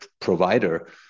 provider